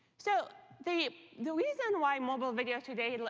so the the reason why mobile video today like